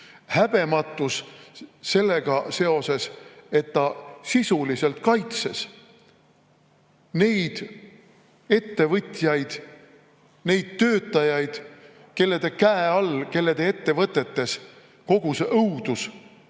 Häbematus sellega seoses, et ta sisuliselt kaitses neid ettevõtjaid, neid töötajaid, kelle käe all, kelle ettevõtetes kogu see õudus on